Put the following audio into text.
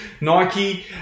Nike